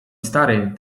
stary